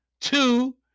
Two